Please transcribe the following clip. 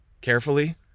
Carefully